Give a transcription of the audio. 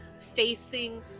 facing